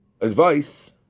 advice